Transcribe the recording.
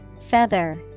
Feather